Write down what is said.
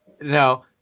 No